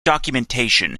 documentation